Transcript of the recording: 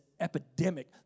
epidemic